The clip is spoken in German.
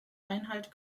einhalt